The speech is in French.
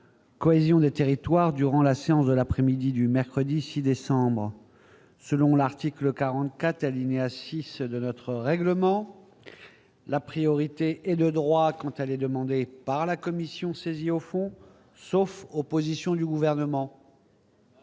cohésion des territoires durant la séance de l'après-midi du mercredi 6 décembre selon l'article 44 alinéa 6 de notre règlement, la priorité est de droit quand allez demander par la commission, saisie au fond, sauf opposition du gouvernement.